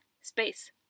space